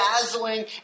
dazzling